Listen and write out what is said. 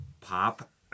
pop